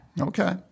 Okay